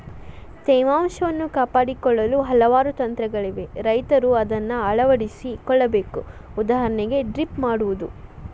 ತೇವಾಂಶವನ್ನು ಕಾಪಾಡಿಕೊಳ್ಳಲು ಹಲವಾರು ತಂತ್ರಗಳಿವೆ ರೈತರ ಅದನ್ನಾ ಅಳವಡಿಸಿ ಕೊಳ್ಳಬೇಕು ಉದಾಹರಣೆಗೆ ಡ್ರಿಪ್ ಮಾಡುವುದು